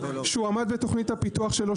שהוא עמד בתוכנית הפיתוח שלו,